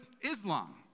Islam